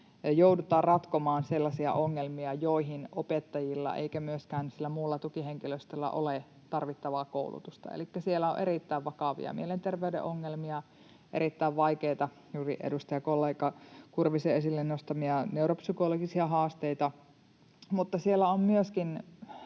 joudutaan ratkomaan sellaisia ongelmia, joihin ei opettajilla eikä myöskään sillä muulla tukihenkilöstöllä ole tarvittavaa koulutusta. Elikkä siellä on erittäin vakavia mielenterveyden ongelmia, erittäin vaikeita, juuri edustajakollega Kurvisen esille nostamia neuropsykologisia haasteita, mutta siellä on myöskin